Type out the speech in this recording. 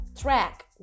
track